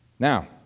Now